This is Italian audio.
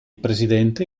presidente